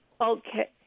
Okay